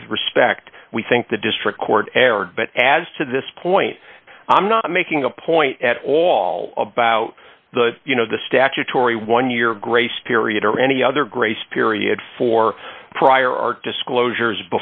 with respect we think the district court erred but as to this point i'm not making a point at all about the you know the statutory one year grace period or any other grace period for prior art disclosure